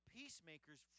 peacemakers